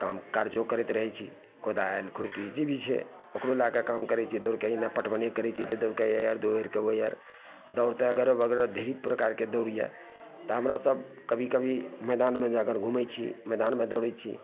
काम काजो करैत रहै छी कोदारि खुरपी जे भी छै ओकरो लैके काम करै छिए दौड़िके एहिना पटवने करै छी तऽ दौड़िके एहि आड़ि दौड़िके ओहि आड़ि दौड़ तऽ अगरम बगरम ढेरी प्रकारके दौड़ यऽ तऽ हमरासभ कभी कभी मैदानमे जाके घुमै छी मैदानमे दौड़ै छी